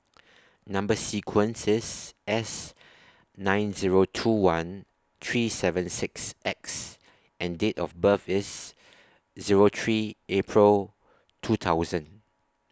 Number sequence IS S nine Zero two one three seven six X and Date of birth IS Zero three April two thousand